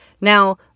Now